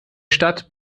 stadt